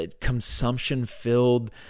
consumption-filled